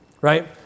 Right